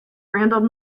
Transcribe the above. randall